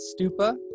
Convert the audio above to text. stupa